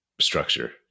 structure